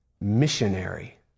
missionary